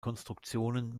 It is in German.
konstruktionen